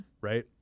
Right